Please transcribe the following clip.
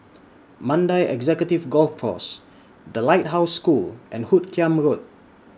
Mandai Executive Golf Course The Lighthouse School and Hoot Kiam Road